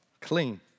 Clean